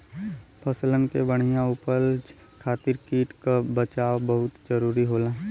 फसल के बढ़िया उपज खातिर कीट क बचाव बहुते जरूरी होला